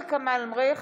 ע'דיר כמאל מריח,